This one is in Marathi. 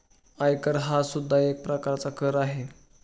आयकर हा सुद्धा एक प्रकारचा कर आहे